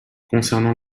concernant